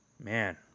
Man